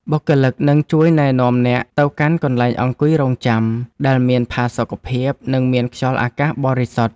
បុគ្គលិកនឹងជួយណែនាំអ្នកទៅកាន់កន្លែងអង្គុយរង់ចាំ ដែលមានផាសុកភាព និងមានខ្យល់អាកាសបរិសុទ្ធ។